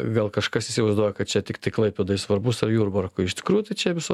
vėl kažkas įsivaizduoja kad čia tiktai klaipėdai svarbus ar jurbarkui iš tikrųjų tai čia visos